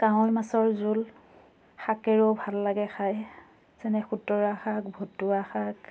কাৱৈ মাছৰ জোল শাকেৰেও ভাল লাগে খায় যেনে খুতৰা শাক ভতুৱা শাক